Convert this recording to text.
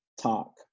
talk